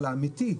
אבל באופן אמיתי,